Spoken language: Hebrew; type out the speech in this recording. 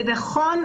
זה נכון,